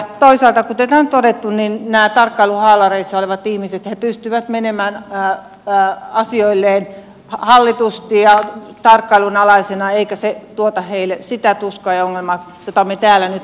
toisaalta kuten täällä on todettu nämä tarkkailuhaalareissa olevat ihmiset pystyvät menemään asioilleen hallitusti ja tarkkailun alaisena eikä se tuota heille sitä tuskaa ja ongelmaa jota me täällä nyt kuvaamme